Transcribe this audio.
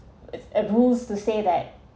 it's at most to say that